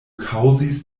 kaŭzis